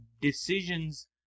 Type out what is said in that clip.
decisions